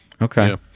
Okay